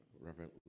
Reverend